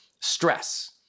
Stress